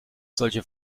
solche